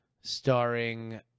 Starring